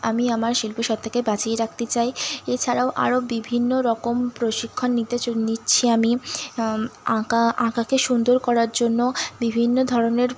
আমি আমার শিল্পী সত্ত্বাকে বাঁচিয়ে রাখতে চাই এছাড়াও আরও বিভিন্ন রকম প্রশিক্ষণ নিতে নিচ্ছি আমি আঁকা আঁকাকে সুন্দর করার জন্য বিভিন্ন ধরনের